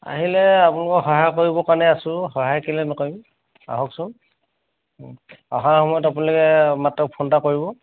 আহিলে আপোনালোকক সহায় কৰিবৰ কাৰণে আছোঁ সহায় কেলে নকৰিম আহকচোন অহাৰ সময়ত আপোনালোকে মাত্ৰ ফোন এটা কৰিব